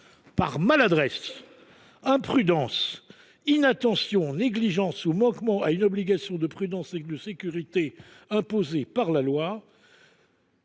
par maladresse, imprudence, inattention, négligence ou manquement à une obligation de prudence ou de sécurité imposée par la loi